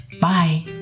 Bye